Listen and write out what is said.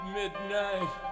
midnight